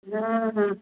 ହଁ ହଁ